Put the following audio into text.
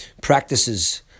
practices